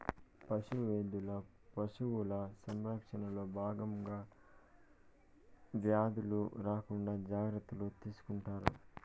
పశు వైద్యులు పశువుల సంరక్షణలో భాగంగా వ్యాధులు రాకుండా జాగ్రత్తలు తీసుకుంటారు